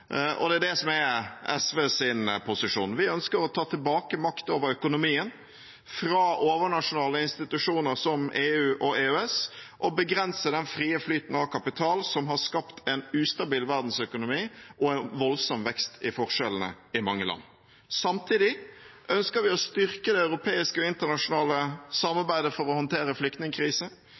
Det er det som er SVs posisjon. Vi ønsker å ta tilbake makt over økonomien – fra overnasjonale institusjoner, som EU og EØS – og begrense den frie flyten av kapital, som har skapt en ustabil verdensøkonomi og en voldsom vekst i forskjellene i mange land. Samtidig ønsker vi å styrke det europeiske og internasjonale samarbeidet for å håndtere